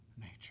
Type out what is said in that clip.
nature